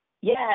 yes